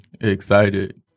excited